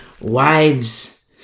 wives